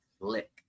Lick